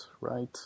right